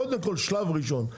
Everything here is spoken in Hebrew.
קודם כל, שלב ראשון.